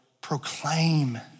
proclaim